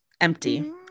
empty